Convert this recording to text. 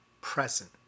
present